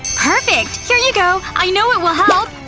perfect! here you go! i know it will help!